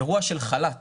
אירוע של חל"ת